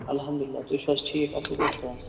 الحمدُاللہ تُہۍ چھِو حظ ٹھیٖک اَصٕل پٲٹھۍ چھُو حظ